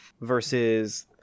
versus